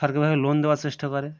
সরকারিভাবে লোন দেওয়ার চেষ্টা করে